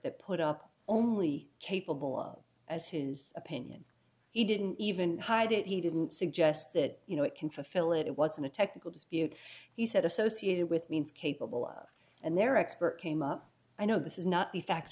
put up only capable as his opinion he didn't even hide it he didn't suggest that you know it can fulfill it it was in a technical dispute he said associated with means capable of and their expert came up i know this is not the facts